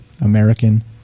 American